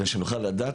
על מנת שנוכל לדעת